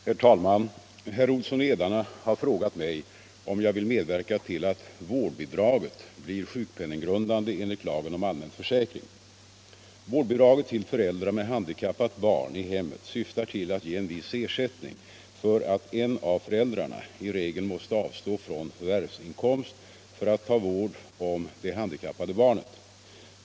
Herr talman! Herr Olsson i Edane har frågat mig om jag vill medverka till att vårdbidraget blir sjukpenninggrundande enligt lagen om allmän försäkring. Vårdbidraget till förälder med handikappat barn i hemmet syftar till att ge en viss ersättning för att en av föräldrarna i regel måste avstå från förvärvsinkomst för att ta vård om det handikappade barnet.